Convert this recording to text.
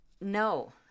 No